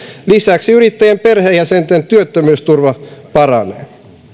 lisäksi yrittäjien perheenjäsenten työttömyysturva paranee